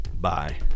Bye